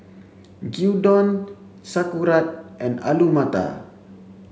Gyudon Sauerkraut and Alu Matar